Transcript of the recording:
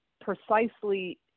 precisely